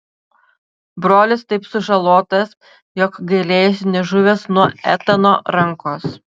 brolis taip sužalotas jog gailėjosi nežuvęs nuo etano rankos